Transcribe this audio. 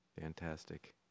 Fantastic